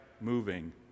moving